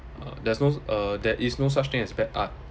uh there's no uh there is no such thing as bad art